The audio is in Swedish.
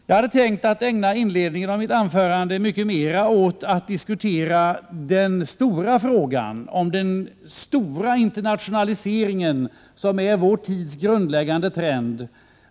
Jag hade tänkt att ägna inledningen av mitt anförande mycket mera åt att diskutera den stora frågan om den stora internationaliseringen, som är vår tids grundläggande trend.